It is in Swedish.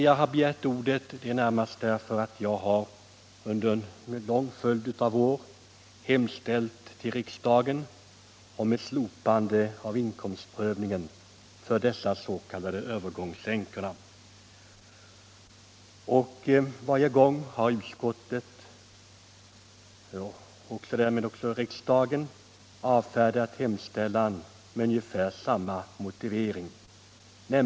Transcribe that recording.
Jag har begärt ordet närmast därför att jag under en lång följd av år har motionerat om ett slopande av inkomstprövningen för övergångsänkorna, men varje gång har utskottet avstyrkt mina motioner, och riksdagen har med ungefär samma motiveringar avslagit dem.